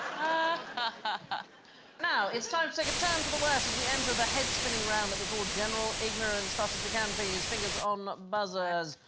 ah now it's time to take a turn for the worse as we enter the head spinning round that we call general ignorance fastest we can please fingers on buzzers.